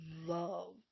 love